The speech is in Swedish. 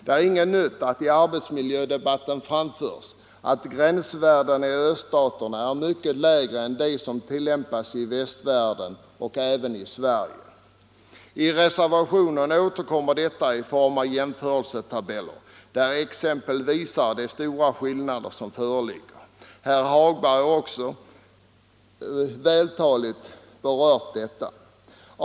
Det är inget nytt när det i arbetsmiljödebatten anförs att gränsvärdena i öststaterna är mycket lägre än de värden som tillämpas i västvärlden och även i Sverige. I reservationen återkommer detta i form av en jämförelsetabell som visar de stora skillnader som föreligger. Herr Hagberg har också vältaligt berört detta.